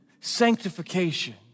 sanctification